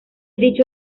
dicho